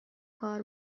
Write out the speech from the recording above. کار